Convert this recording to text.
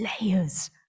layers